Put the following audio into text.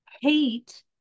hate